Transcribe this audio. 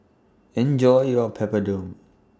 Enjoy your Papadum